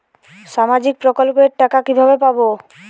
সামাজিক প্রকল্পের টাকা কিভাবে পাব?